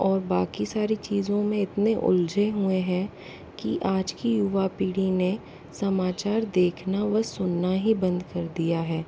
और बाकी सारी चीज़ों में इतने उलझे हुए हैं कि आज की युवा पीढ़ी ने समाचार देखना व सुनना ही बंद कर दिया है